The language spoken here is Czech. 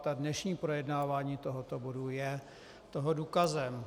A dnešní projednávání tohoto bodu je toho důkazem.